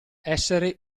essere